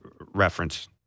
reference